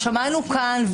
ושמענו כאן,